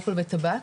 אלכוהול וטבק,